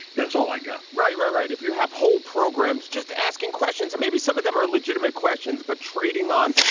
that's all i got right, right, right. if you have whole programs, just asking questions and maybe some of them are legitimate questions, but trading on,